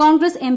Congress M